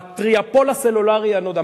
הטריאופול הסלולרי הנודע.